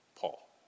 Paul